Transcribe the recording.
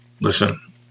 listen